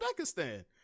Uzbekistan